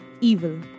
evil